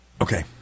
Okay